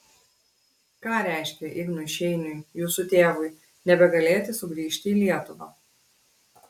ką reiškė ignui šeiniui jūsų tėvui nebegalėti sugrįžti į lietuvą